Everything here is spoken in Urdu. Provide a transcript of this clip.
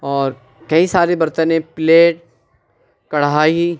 اور کئی سارے برتنیں پلیٹ کڑھائی